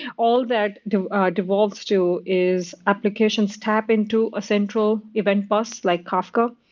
all that devolves to is applications tap into a central event bus, like kafka,